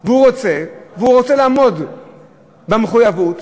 ורוצה לעמוד במחויבות